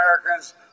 Americans